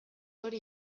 hori